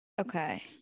Okay